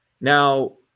Now